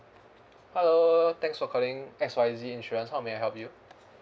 hello thanks for calling X Y Z insurance how may I help you